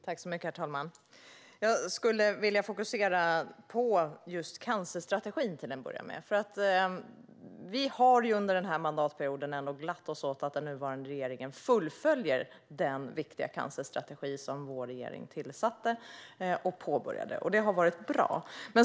Herr talman! Till att börja med vill jag fokusera på just cancerstrategin. Under den här mandatperioden har vi glatt oss åt att den nuvarande regeringen fullföljer den viktiga cancerstrategi som vår regering införde och påbörjade, och det har varit bra.